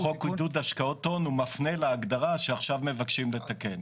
חוק עידוד השקעות הון מפנה להגדרה שעכשיו מבקשים לתקן.